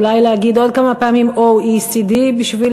אולי להגיד עוד כמה פעמים OECD בשביל